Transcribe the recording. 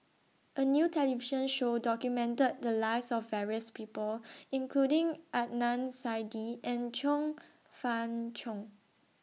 A New television Show documented The Lives of various People including Adnan Saidi and Chong Fah Cheong